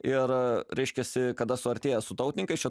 ir reiškiasi kada suartėja su tautininkais čia